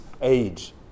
age